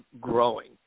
growing